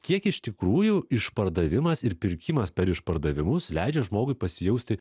kiek iš tikrųjų išpardavimas ir pirkimas per išpardavimus leidžia žmogui pasijausti